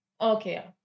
okay